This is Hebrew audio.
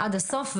עד הסוף.